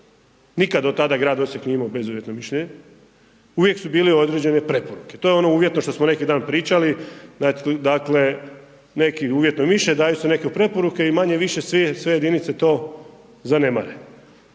Nikada do tada grad Osijek nije imao bezuvjetno mišljenje, uvijek su bile određene prepreke, to je ono uvjetno što smo neki dan pričali, dakle neki uvjetno mišljenje, daju se neke preporuke i manje-više sve jedinice to zanemare.